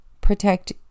protect